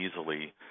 easily